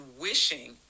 wishing